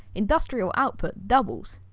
industrial output doubles.